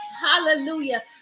hallelujah